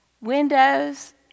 windows